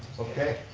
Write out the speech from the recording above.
okay,